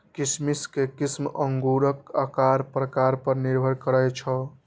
किशमिश के किस्म अंगूरक आकार प्रकार पर निर्भर करै छै